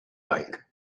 like